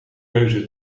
keuze